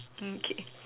mm okay